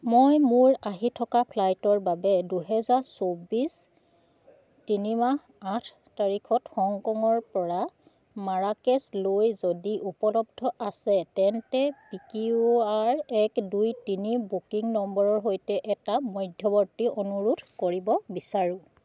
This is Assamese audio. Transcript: মই মোৰ আহি থকা ফ্লাইটৰ বাবে দুহেজাৰ চৌবিছ তিনি মাহ আঠ তাৰিখত হংকঙৰ পৰা মাৰাকেচলৈ যদি উপলব্ধ আছে তেন্তে পি কিউ আৰ এক দুই তিনি বুকিং নম্বৰৰ সৈতে এটা মধ্যৱৰ্তী অনুৰোধ কৰিব বিচাৰোঁ